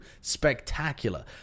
spectacular